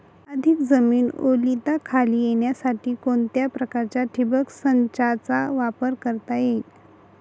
अधिक जमीन ओलिताखाली येण्यासाठी कोणत्या प्रकारच्या ठिबक संचाचा वापर करता येईल?